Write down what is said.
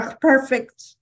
perfect